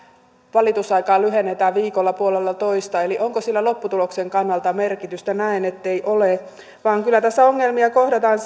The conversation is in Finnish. valitusaikaa lyhennetään viikolla puolellatoista eli onko sillä lopputuloksen kannalta merkitystä näen ettei ole kyllä tässä ongelmia kohdataan